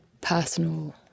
personal